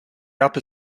upper